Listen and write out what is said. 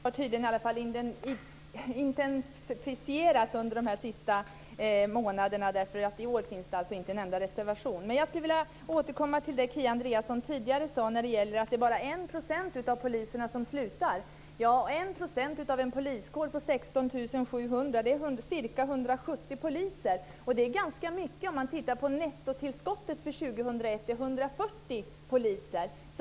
Fru talman! Samarbetet har tydligen intensifierats under de senaste månaderna. I år finns inte en enda reservation. Jag vill återkomma till det som Kia Andreasson sade tidigare, att bara 1 % av poliserna slutar. 1 % av en poliskår på 16 700 är ca 170 poliser. Det är ganska mycket. Nettotillskottet för 2001 är 140 poliser.